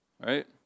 right